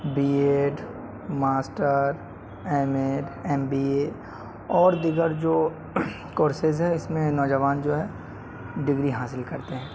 be Ed master M Ed M B A اور دیگر جو کورسز ہے اس میں نوجوان جو ہے ڈگری حاصل کرتے ہیں